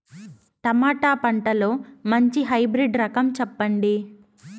Tomato పంటలో మంచి hybrid రకం చెప్పండి?